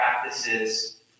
practices